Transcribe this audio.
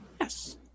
Yes